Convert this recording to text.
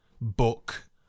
book